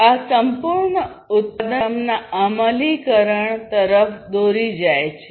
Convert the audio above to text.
આ સંપૂર્ણ ઉત્પાદન સિસ્ટમના અમલીકરણ તરફ દોરી જાય છે